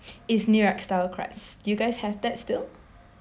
is new york style crust do you guys have that still